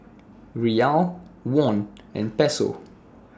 Riyal Won and Peso